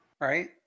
Right